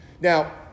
Now